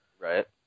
Right